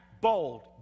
bold